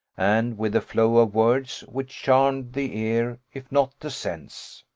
and with a flow of words which charmed the ear, if not the sense.